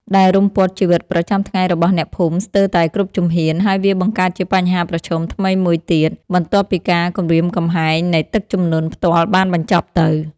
ដែលរុំព័ទ្ធជីវិតប្រចាំថ្ងៃរបស់អ្នកភូមិស្ទើរតែគ្រប់ជំហាន ហើយវាបង្កើតជាបញ្ហាប្រឈមថ្មីមួយទៀតបន្ទាប់ពីការគំរាមកំហែងនៃទឹកជំនន់ផ្ទាល់បានបញ្ចប់ទៅ។